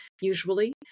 usually